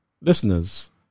Listeners